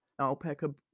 alpaca